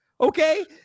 Okay